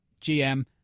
GM